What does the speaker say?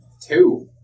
Two